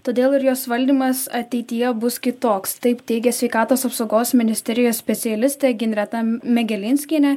todėl ir jos valdymas ateityje bus kitoks taip teigė sveikatos apsaugos ministerijos specialistė ginreta megelinskienė